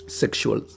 sexual